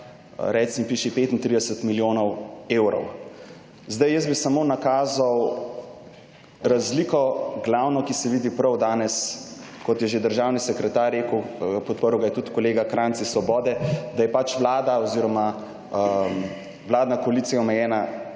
reci in piši 35 milijonov evrov. Zdaj jaz bi samo nakazal razliko glavno, ki se vidi prav danes, kot je že državni sekretar rekel, podprl ga je tudi kolega Kranjc iz Svobode, da je pač vlada oziroma vladna koalicija omejena